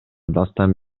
дастан